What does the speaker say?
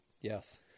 Yes